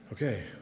Okay